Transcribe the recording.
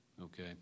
okay